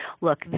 look